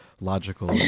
logical